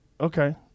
okay